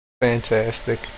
Fantastic